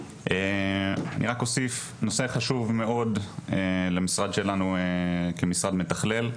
אני רק אוסיף נושא חשוב מאוד למשרד שלנו כמשרד מתכלל,